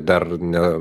dar ne